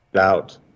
out